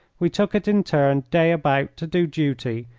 we took it in turn, day about, to do duty,